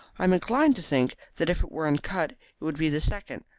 i am inclined to think that if it were uncut it would be the second,